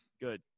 good